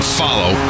follow